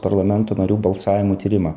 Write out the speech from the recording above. parlamento narių balsavimų tyrimą